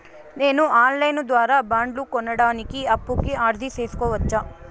నేను online ద్వారా బండ్లు కొనడానికి అప్పుకి అర్జీ సేసుకోవచ్చా?